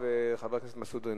לאחריו, חבר הכנסת מסעוד גנאים.